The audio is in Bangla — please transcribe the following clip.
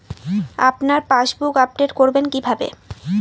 আপনার পাসবুক আপডেট করবেন কিভাবে?